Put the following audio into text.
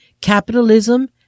capitalism